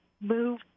move